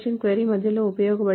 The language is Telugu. క్వరీ మధ్యలో ఉపయోగించబడేది